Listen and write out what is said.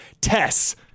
Tess